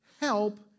help